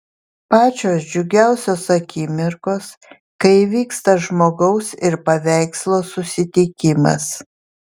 pačios džiugiausios akimirkos kai įvyksta žmogaus ir paveikslo susitikimas